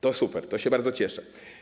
To super, to się bardzo cieszę.